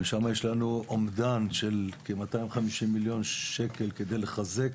ושם יש לנו אומדן של כ-250,000,000 שקל כדי לחזק